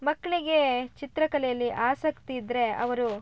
ಮಕ್ಕಳಿಗೇ ಚಿತ್ರಕಲೆಯಲ್ಲಿ ಆಸಕ್ತಿ ಇದ್ದರೆ ಅವರು